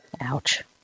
Ouch